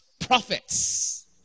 prophets